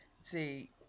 see